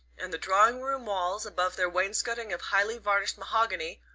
and the drawing-room walls, above their wainscoting of highly-varnished mahogany,